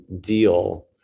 deal